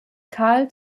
kahl